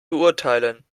beurteilen